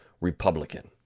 Republican